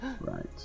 Right